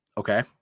Okay